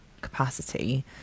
capacity